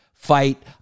Fight